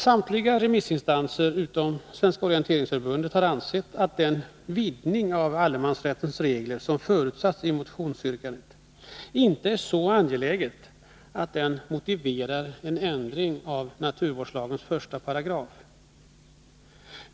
Samtliga remissinstanser utom Svenska orienteringsförbundet har ansett att den vidgning av allemansrättens regler som föreslås i motionsyrkandet inte är så angelägen att det motiverar en ändring av naturvårdslagens första paragraf.